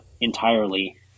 entirely